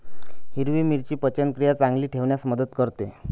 हिरवी मिरची पचनक्रिया चांगली ठेवण्यास मदत करते